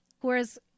whereas